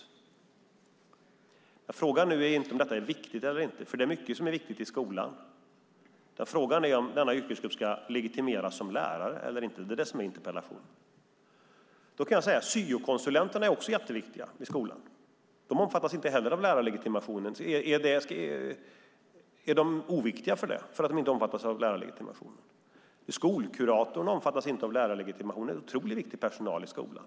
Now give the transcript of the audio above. Nu är frågan inte om detta är viktigt eller inte, för det är mycket som är viktigt i skolan. Frågan är om denna yrkesgrupp ska legitimeras som lärare eller inte. Det är det som interpellationen gäller. Då kan jag säga: Syokonsulenterna är också jätteviktiga i skolan. De omfattas inte heller av lärarlegitimationen. Är de oviktiga för att de inte omfattas av lärarlegitimationen? Skolkuratorer omfattas inte av lärarlegitimationen. Det är otroligt viktig personal i skolan.